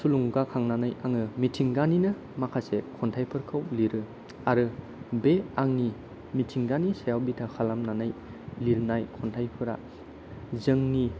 थुलुंगाखांनानै आङो मिथिंगानिनो माखासे खन्थाइफोरखौ लिरो आरो बे आंनि मिथिंगानि सायाव बिथा खालामनानै लिरनाय खन्थाइफोरा जोंनि